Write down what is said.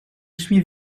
suis